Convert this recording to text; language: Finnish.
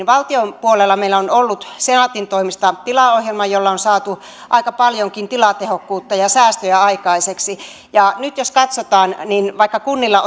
valtion puolella meillä on ollut senaatin toimesta tilaohjelma jolla on saatu aika paljonkin tilatehokkuutta ja säästöjä aikaiseksi ja nyt jos katsotaan niin vaikka kunnilla